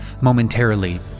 Momentarily